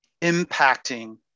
impacting